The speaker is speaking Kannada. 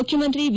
ಮುಖ್ಯಮಂತ್ರಿ ಬಿ